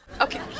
Okay